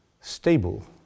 stable